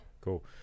Cool